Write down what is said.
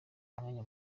umwanya